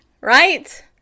right